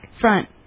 front